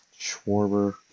Schwarber